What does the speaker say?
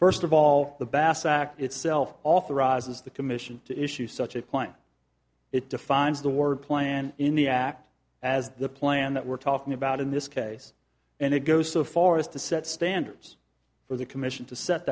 first of all the bass act itself authorizes the commission to issue such a plan it defines the word plan in the act as the plan that we're talking about in this case and it goes so far as to set standards for the commission to set